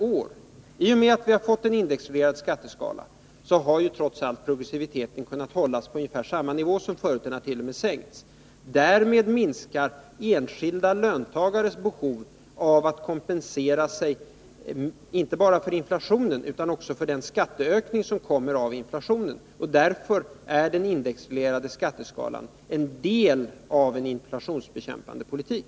Men i och med att vi fått en indexreglerad skatteskala har progressiviteten trots allt kunnat hållas på ungefär samma nivå som förut — den hart.o.m. sänkts. Därmed minskar enskilda löntagares behov av att kompensera sig inte bara för inflationen utan också för den skatteökning som kommer av inflationen. Därför är den indexreglerade skatteskalan en del av en inflationsbekämpande politik.